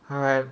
好